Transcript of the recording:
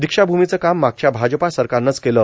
दीक्षाभूमीचं काम मागच्या भाजपा सरकारनच केलं